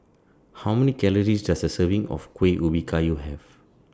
How Many Calories Does A Serving of Kuih Ubi Kayu Have